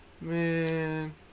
Man